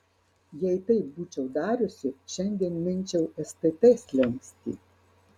jei taip būčiau dariusi šiandien minčiau stt slenkstį